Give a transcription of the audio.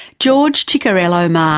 george ciccariello-maher, ah